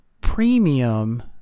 premium